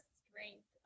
strength